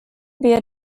wir